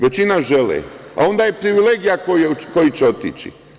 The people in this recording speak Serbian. Većina želi, a onda je privilegija koji će otići.